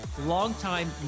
longtime